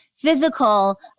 physical